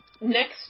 next